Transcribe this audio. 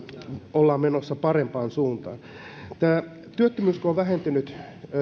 ollaan menossa parempaan suuntaan työttömyys on vähentynyt